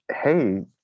hey